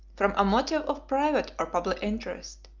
from a motive of private or public interest,